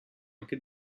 anche